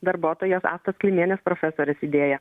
darbuotojos astos klimienės profesorės idėja